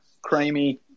creamy